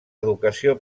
educació